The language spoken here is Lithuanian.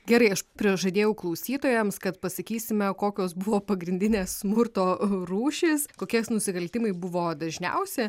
gerai aš prižadėjau klausytojams kad pasakysime kokios buvo pagrindinės smurto rūšys kokie nusikaltimai buvo dažniausi